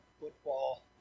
football